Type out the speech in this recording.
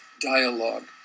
dialogue